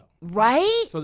Right